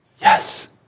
Yes